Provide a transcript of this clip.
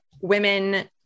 women